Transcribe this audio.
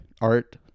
art